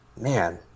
Man